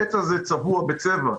העץ הזה צבוע בצבע.